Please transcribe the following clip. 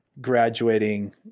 graduating